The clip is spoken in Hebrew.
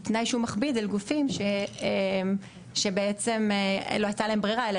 זה תנאי שהוא מכביד על גופים שבעצם לא הייתה להם ברירה אלא